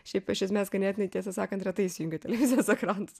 šiaip iš esmės ganėtinai tiesą sakant retai įsijungia televizijos ekranus